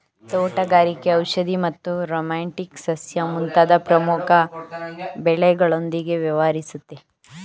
ತೋಟಗಾರಿಕೆ ಔಷಧಿ ಮತ್ತು ಆರೊಮ್ಯಾಟಿಕ್ ಸಸ್ಯ ಮುಂತಾದ್ ಪ್ರಮುಖ ಬೆಳೆಗಳೊಂದ್ಗೆ ವ್ಯವಹರಿಸುತ್ತೆ